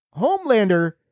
Homelander